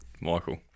Michael